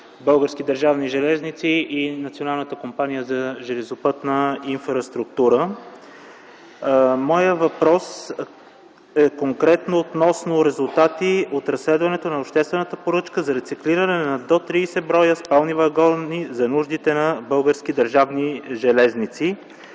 Българските държавни железници и Националната компания за железопътна инфраструктура. Моят въпрос е конкретно относно резултати от разследването на обществената поръчка за рециклиране на до 30 броя спални вагони за нуждите на Български държавни железници.